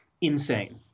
insane